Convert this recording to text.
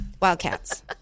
Wildcats